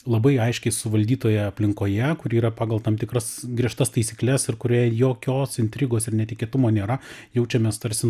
labai aiškiai suvaldytoje aplinkoje kuri yra pagal tam tikras griežtas taisykles ir kuriai jokios intrigos ir netikėtumo nėra jaučiamės tarsi